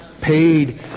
Paid